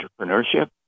entrepreneurship